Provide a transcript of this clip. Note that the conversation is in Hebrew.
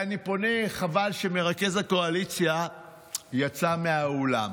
אני פונה, חבל שמרכז הקואליציה יצא מהאולם,